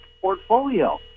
portfolio